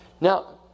Now